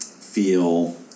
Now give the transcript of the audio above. feel